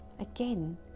again